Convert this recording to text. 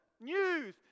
news